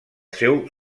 seu